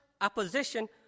opposition